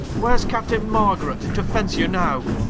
where's captaine margaret, to fence you now?